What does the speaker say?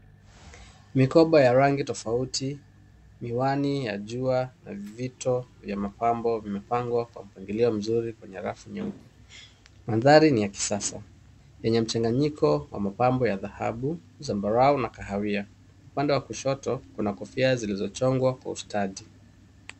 Mikoba ya rangi tofauti, miwani ya jua, vito vya mapambo vimepangwa kwa mpangilio mzuri kwenye rafu nyeupe. Mandhari ni ya kisasa, yenye mchanganyiko wa mapambo ya dhahabu, zambarau na kahawia. Upande wa kushoto, kuna kofia zilizochongwa kwa ustadi.